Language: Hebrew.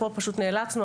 פה פשוט נאלצנו,